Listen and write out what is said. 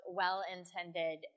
well-intended